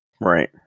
Right